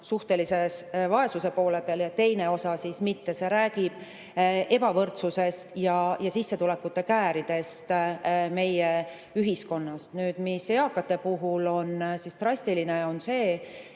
suhtelise vaesuse poole peal ja teine osa mitte. See räägib ebavõrdsusest ja sissetulekute kääridest meie ühiskonnas. Eakate puhul on drastiline see,